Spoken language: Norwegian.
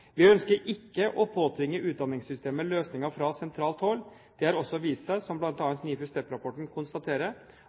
Vi ønsker ikke å påtvinge utdanningssystemet løsninger fra sentralt hold. Det har også vist seg, som bl.a. NIFU STEP-rapporten konstaterer,